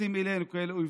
מתייחסים אלינו כאל אויבים.